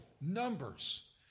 numbers